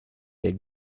del